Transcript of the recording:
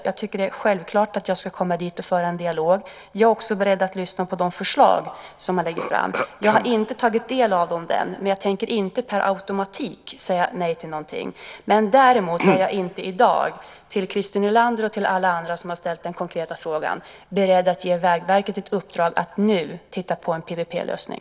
Jag tycker att det är självklart att jag ska komma dit och föra en dialog. Jag är också beredd att lyssna på de förslag som man lägger fram. Jag har inte tagit del av dem än, men jag tänker inte per automatik säga nej till någonting. Däremot är jag inte i dag, Christer Nylander och alla andra som har ställt den konkreta frågan, beredd att ge Vägverket ett uppdrag att nu titta på en PPP-lösning.